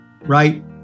right